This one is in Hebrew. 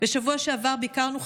בשבוע שעבר ביקרנו,